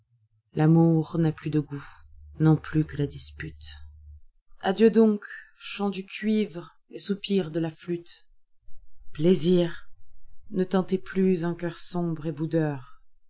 amour n'a plus de goût non plus que la dispute adieu donc chants du cuivre et soupirs de la flûte plaisirs ne tentez plus un cœur sombre et boudeur